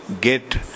get